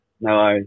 No